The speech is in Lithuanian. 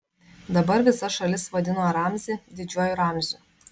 dabar visa šalis vadino ramzį didžiuoju ramziu